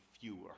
fewer